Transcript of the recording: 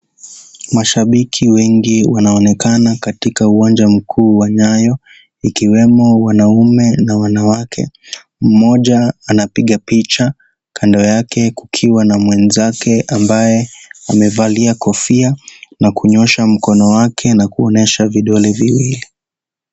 Mashabiki wengi wanaonekana katika uwanja mkuu wa Nyayo ikiwemo wanaume na wanawake mmoja anapiga picha kando yake kukiwa na mwenzake ambaye amevalia kofia na kunyosha mkono wake na kuonyesha vidole viwili.